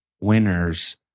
winners